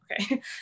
Okay